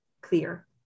clear